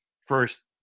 first